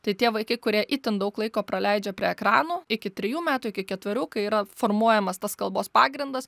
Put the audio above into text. tai tie vaikai kurie itin daug laiko praleidžia prie ekranų iki trijų metų iki ketverių kai yra formuojamas tas kalbos pagrindas